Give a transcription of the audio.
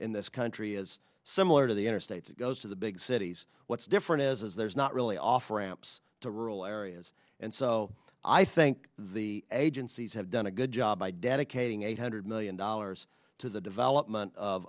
in this country is similar to the interstates it goes to the big cities what's different is there's not really off ramps to rural areas and so i think the agencies have done a good job by dedicating eight hundred million dollars to the development of